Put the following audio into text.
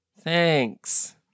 Thanks